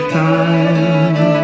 time